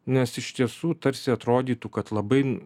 nes iš tiesų tarsi atrodytų kad labai